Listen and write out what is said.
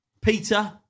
Peter